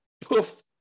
poof